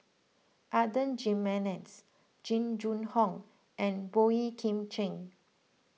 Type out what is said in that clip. Adan Jimenez Jing Jun Hong and Boey Kim Cheng